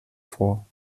vor